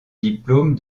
diplôme